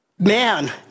man